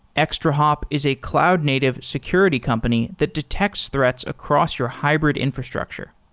extrahop is a cloud-native security company that detects threats across your hybrid infrastructure.